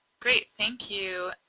great, thank you.